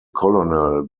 colonel